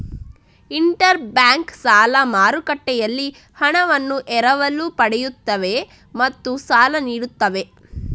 inter bank ಸಾಲ ಮಾರುಕಟ್ಟೆಯಲ್ಲಿ ಹಣವನ್ನು ಎರವಲು ಪಡೆಯುತ್ತವೆ ಮತ್ತು ಸಾಲ ನೀಡುತ್ತವೆ